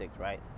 right